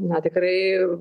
na tikrai